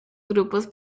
grupos